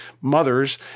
mothers